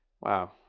wow